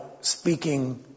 speaking